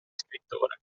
scrittore